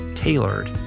Tailored